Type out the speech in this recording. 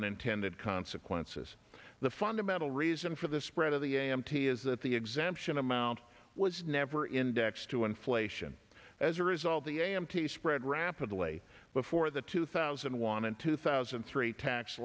unintended consequences the fundamental reason for the spread of the a m t is that the exemption amount was never indexed to inflation as a result the a m t spread rapidly before the two thousand and one and two thousand and three tax